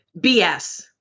BS